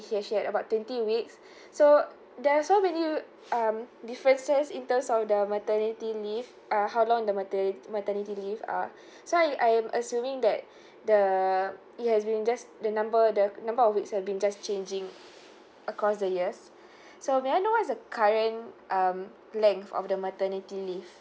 she actually had about twenty weeks so there're so many um differences in terms of the maternity leave uh how long the materni~ maternity leave are so I I'm assuming that the it has been adjusted the number the number of weeks has been just changing across the years so may I know what is the current um length of the maternity leave